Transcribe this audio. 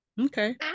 okay